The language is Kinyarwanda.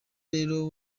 rero